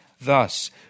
thus